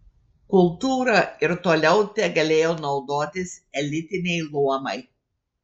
kultūra ir toliau tegalėjo naudotis elitiniai luomai